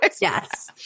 Yes